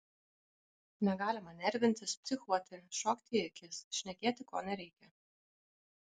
negalima nervintis psichuoti šokti į akis šnekėti ko nereikia